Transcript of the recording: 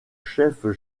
chef